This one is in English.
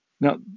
Now